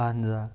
اَہَن حظ آ